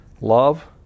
love